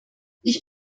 ich